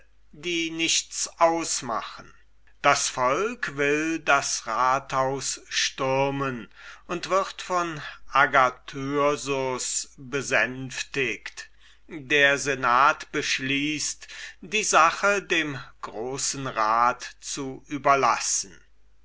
die nichts ausmachen das volk will das rathaus stürmen und wird von agathyrsus besänftigt der senat beschließt die sache dem großen rat zu überlassen